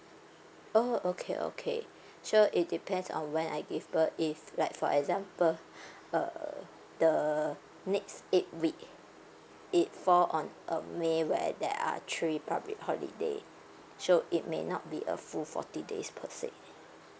oh okay okay so it depends on when I give birth if like for example uh the next eight week it fall on um may where there are three public holiday so it may not be a full forty days per se